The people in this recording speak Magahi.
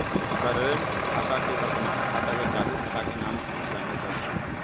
कर्रेंट खाता के वर्तमान खाता या चालू खाता के नाम से जानल जाई छई